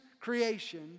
creation